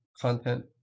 content